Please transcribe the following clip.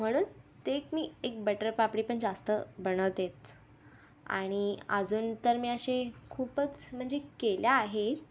म्हणून ते एक मी एक बटर पापडी पण जास्त बनवतेच आणि अजून तर मी असे खूपच म्हणजे केल्या आहे